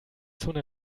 zone